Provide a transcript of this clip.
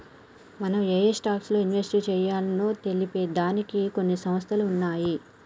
మనం ఏయే స్టాక్స్ లో ఇన్వెస్ట్ చెయ్యాలో తెలిపే దానికి కొన్ని సంస్థలు ఉన్నయ్యి